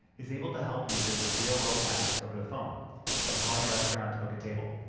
is able to help users with real-world tasks over the phone like calling a restaurant to book a table.